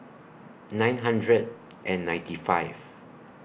nine hundred and ninety five